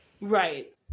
Right